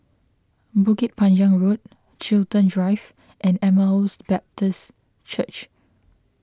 Bukit Panjang Road Chiltern Drive and Emmaus Baptist Church